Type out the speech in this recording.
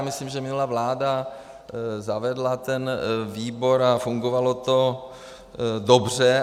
Já myslím, že minulá vláda zavedla ten výbor a fungovalo to dobře.